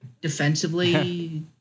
defensively